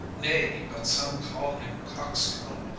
nay, but some call him coxcomb,